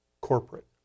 corporate